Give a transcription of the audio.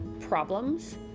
problems